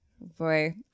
boy